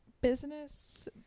Business